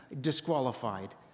disqualified